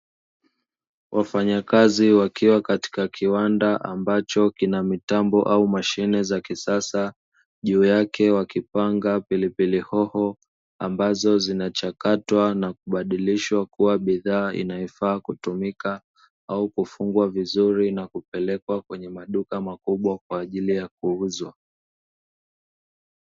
Wafanyakazi wakiwa katika kiwanda ambacho kina mitambo au mashine za kisasa, juu yake wakipanga pilipili hoho ambazo zinachakatwa na kubadilishwa kuwa bidhaa inayofaa kutumika au kufungwa vizuri na kupelekwa kwenye maduka makubwa kwa ajili ya kuuzwa.